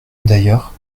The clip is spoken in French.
d’ailleurs